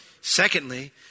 Secondly